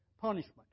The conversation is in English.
punishment